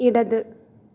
ഇടത്